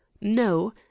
no